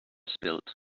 spilled